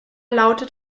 lautet